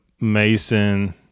Mason